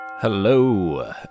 Hello